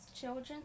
children